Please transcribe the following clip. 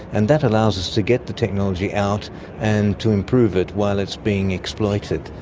and that allows us to get the technology out and to improve it while it's being exploited.